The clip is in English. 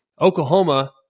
Oklahoma